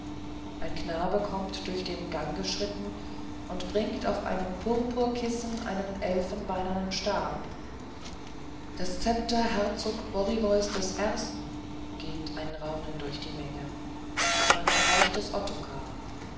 ein knabe kommt durch den gang geschritten und bringt auf einem purpurkissen einen elfenbeinernen stab das zepter herzog borivojs des ersten geht ein raunen durch die menge man reicht es ottokar